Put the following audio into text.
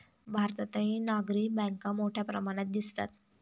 भारतातही नागरी बँका मोठ्या प्रमाणात दिसतात